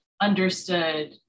understood